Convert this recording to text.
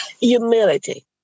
Humility